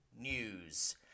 News